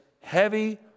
heavy